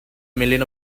million